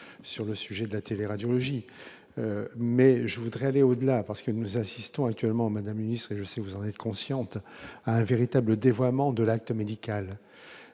sur le sujet de la télé radiologie mais je voudrais aller au-delà parce que nous assistons actuellement Madame unissez si vous en êtes consciente à un véritable dévoiement de l'acte médical,